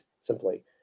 simply